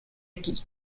aquí